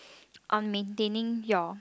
on maintaining your